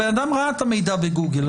הבן אדם ראה את המידע בגוגל,